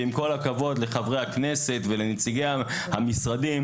ועם כל הכבוד לחברי הכנסת ולנציגי המשרדים